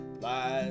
Bye